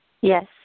Yes